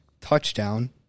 Touchdown